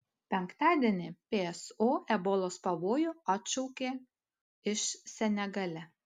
penktadienį pso ebolos pavojų atšaukė iš senegale